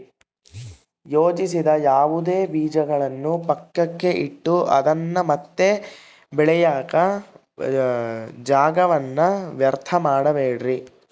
ಯೋಜಿಸದ ಯಾವುದೇ ಬೀಜಗಳನ್ನು ಪಕ್ಕಕ್ಕೆ ಇಟ್ಟು ಅದನ್ನ ಮತ್ತೆ ಬೆಳೆಯಾಕ ಜಾಗವನ್ನ ವ್ಯರ್ಥ ಮಾಡಬ್ಯಾಡ್ರಿ